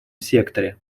секторе